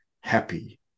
happy